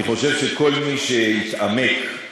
אני חושב שכל מי שיתעמק באמת,